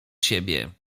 siebie